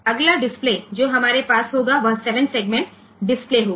अगला डिस्प्ले जो हमारे पास होगा वह 7 सेगमेंट डिस्प्ले होगा